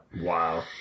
wow